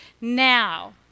now